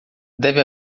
deve